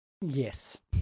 Yes